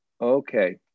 Okay